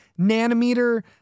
nanometer